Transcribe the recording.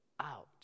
Out